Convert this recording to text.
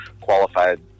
qualified